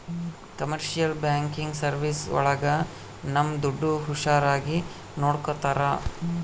commercial banking service ಒಳಗ ನಮ್ ದುಡ್ಡು ಹುಷಾರಾಗಿ ನೋಡ್ಕೋತರ